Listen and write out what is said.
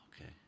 Okay